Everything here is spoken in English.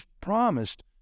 promised